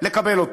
לקבל אותו.